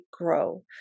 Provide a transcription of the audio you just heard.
grow